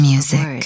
Music